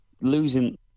losing